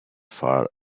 far